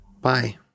Bye